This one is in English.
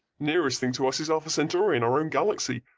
nearest thing to us is alpha centauri in our own galaxy,